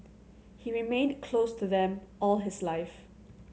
he remained close to them all his life